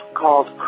called